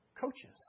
coaches